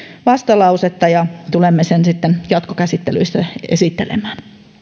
vastalausetta ja tulemme sen sitten jatkokäsittelyissä esittelemään